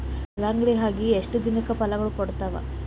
ಕಲ್ಲಂಗಡಿ ಅಗಿ ಎಷ್ಟ ದಿನಕ ಫಲಾಗೋಳ ಕೊಡತಾವ?